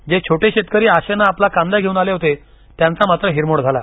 जे छोटे शेतकरी आशेनं आपला कांदा घेऊन आले होते त्यांचा मात्र हिरमोड झाला